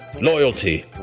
Loyalty